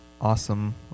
awesome